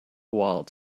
while